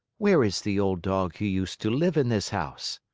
where is the old dog who used to live in this house?